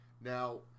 Now